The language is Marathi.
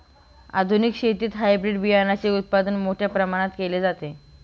आधुनिक शेतीत हायब्रिड बियाणाचे उत्पादन मोठ्या प्रमाणात केले जाते